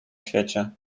świecie